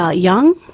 ah young,